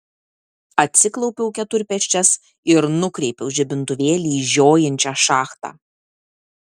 atsiklaupiau keturpėsčias ir nukreipiau žibintuvėlį į žiojinčią šachtą